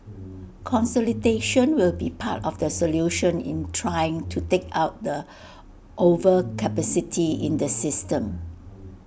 consolidation will be part of the solution in trying to take out the overcapacity in the system